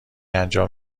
انجام